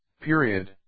Period